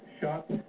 shot